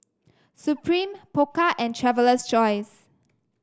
Supreme Pokka and Traveler's Choice